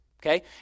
okay